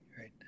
Right